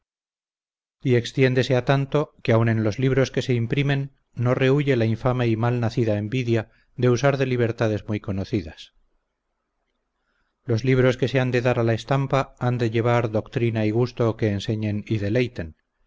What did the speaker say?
y extiéndese a tanto que aun en los libros que se imprimen no rehuye la infame y mal nacida envidia de usar de libertades muy conocidas los libros que se han de dar a la estampa han de llevar doctrina y gusto que enseñen y deleiten